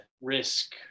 risk